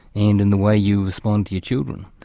and in the way you respond to your children.